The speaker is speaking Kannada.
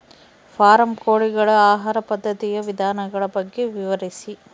ಫಾರಂ ಕೋಳಿಗಳ ಆಹಾರ ಪದ್ಧತಿಯ ವಿಧಾನಗಳ ಬಗ್ಗೆ ವಿವರಿಸಿ?